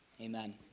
Amen